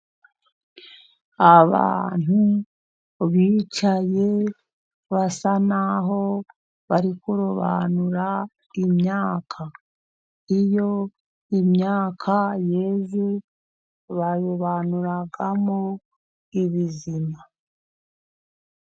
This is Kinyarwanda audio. Abantu bicaye, basa n'aho bari kurobanura imyaka. Iyo imyaka yeze, barobanuramo ibizima.